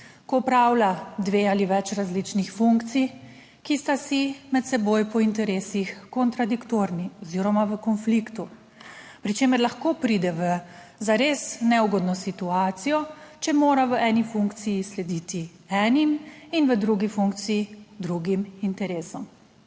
ko opravlja dve ali več različnih funkcij, ki sta si med seboj po interesih kontradiktorni oziroma v konfliktu, pri čemer lahko pride v zares neugodno situacijo, če mora v eni funkciji slediti enim in v drugi funkciji drugim interesom.